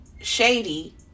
shady